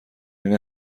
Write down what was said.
این